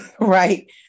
right